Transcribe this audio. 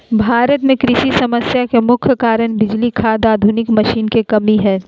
भारत में कृषि समस्या के मुख्य कारण बिजली, खाद, आधुनिक मशीन के कमी भी हय